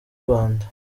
rwanda